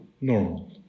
normal